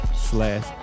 slash